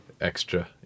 extra